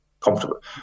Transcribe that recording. comfortable